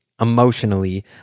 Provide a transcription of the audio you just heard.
emotionally